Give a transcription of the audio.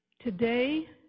today